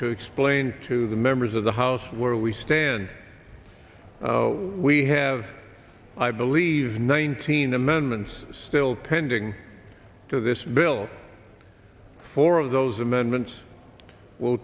to explain to the members of the house where we stand where we have i believe nineteen amendments still pending to this bill four of those amendments w